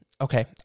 Okay